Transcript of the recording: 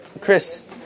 Chris